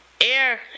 air